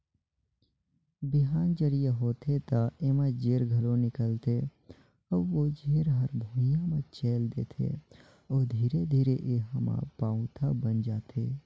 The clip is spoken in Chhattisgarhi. बिहान जरिया होथे त एमा जेर घलो निकलथे अउ ओ जेर हर भुइंया म चयेल देथे अउ धीरे धीरे एहा प पउधा बन जाथे